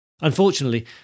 Unfortunately